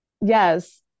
Yes